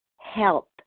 help